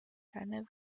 kleine